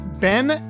Ben